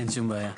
אין שום בעיה.